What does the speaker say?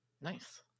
Nice